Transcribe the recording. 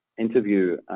Interview